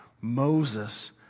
Moses